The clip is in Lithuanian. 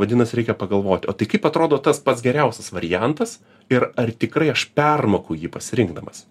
vadinasi reikia pagalvoti o tai kaip atrodo tas pats geriausias variantas ir ar tikrai aš permoku jį pasirinkdamas